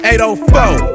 804